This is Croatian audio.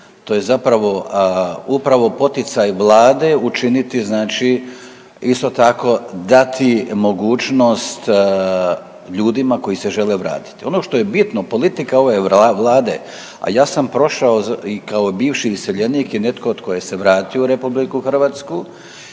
to je zapravo upravo poticaj vlade učiniti znači isto tako dati mogućnost ljudima koji se žele vratiti. Ono što je bitno politika ove vlade, a ja sam prošao i kao bivši iseljenik i netko tko je se vratio u RH i bio sam